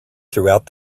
throughout